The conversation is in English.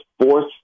force